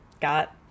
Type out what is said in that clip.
got